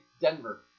Denver